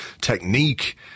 technique